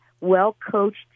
well-coached